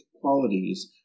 qualities